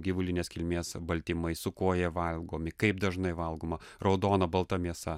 gyvulinės kilmės baltymai su kuo jie valgomi kaip dažnai valgoma raudona balta mėsa